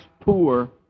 poor